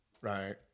right